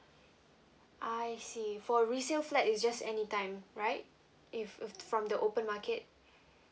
I see for resale flat is just any time right if the from the open market